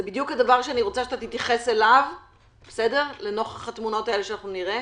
זה בדיוק הדבר שאני רוצה שתתייחס אליו לנוכח התמונות האלה שנראה.